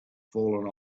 fallen